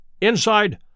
Inside